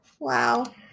Wow